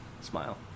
smile